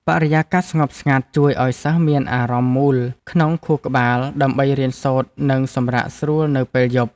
បរិយាកាសស្ងប់ស្ងាត់ជួយឱ្យសិស្សមានអារម្មណ៍មូលក្នុងខួរក្បាលដើម្បីរៀនសូត្រនិងសម្រាកស្រួលនៅពេលយប់។